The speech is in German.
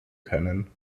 können